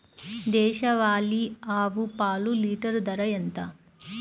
దేశవాలీ ఆవు పాలు లీటరు ధర ఎంత?